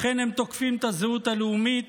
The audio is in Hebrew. לכן הם תוקפים את הזהות הלאומית,